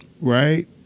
right